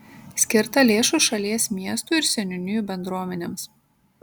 skirta lėšų šalies miestų ir seniūnijų bendruomenėms